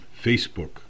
Facebook